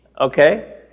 okay